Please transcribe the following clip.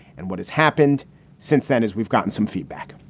and what has happened since then is we've gotten some feedback,